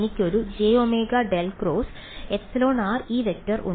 എനിക്കൊരു jω∇ × εrE→ ഉണ്ട്